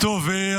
טוב,